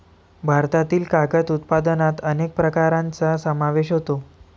भारतातील कागद उत्पादनात अनेक प्रकारांचा समावेश होतो